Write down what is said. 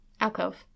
Alcove